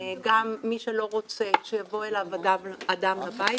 מי שלא רוצה שיבוא אליו אדם לבית,